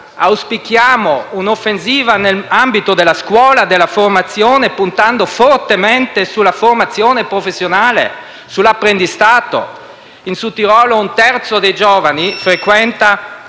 Auspichiamo un'offensiva nell'ambito della scuola e della formazione, puntando fortemente sulla formazione professionale e sull'apprendistato. In Sudtirolo un terzo dei giovani frequenta